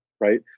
right